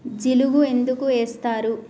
జిలుగు ఎందుకు ఏస్తరు?